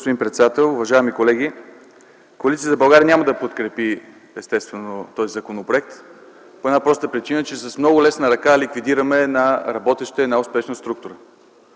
председател. Уважаеми колеги, Коалиция за България няма да подкрепи естествено този законопроект по една проста причина, че с много лесна ръка ликвидираме една работеща, една успешна структура.